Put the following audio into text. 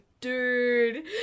dude